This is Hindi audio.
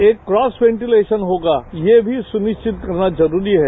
एक क्रास वेंटिलेशन होगा ये भी सुनिश्चित करना जरूरी हैं